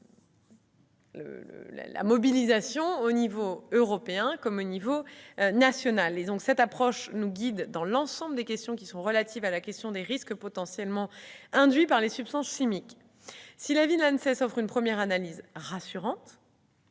la mobilisation aux niveaux européen et national. Une telle approche nous guide pour l'ensemble des questions relatives à la question des risques potentiellement induits par les substances chimiques. Si l'avis de l'ANSES offre une première analyse rassurante,